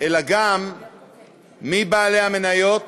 אלא גם מי בעלי המניות